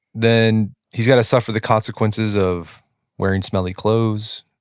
then he's gonna suffer the consequences of wearing smelly clothes,